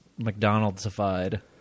McDonald'sified